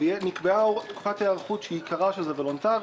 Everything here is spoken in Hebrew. נקבעה תקופת היערכות שעיקרה שזה וולונטרי